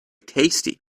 tasty